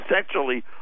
essentially